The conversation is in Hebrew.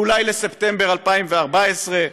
או אולי בספטמבר 2014,